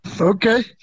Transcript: Okay